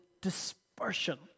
dispersion